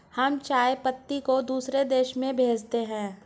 हम चाय पत्ती को दूसरे देशों में भेजते हैं